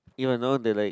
if I not wrong they like